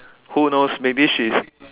who knows maybe she's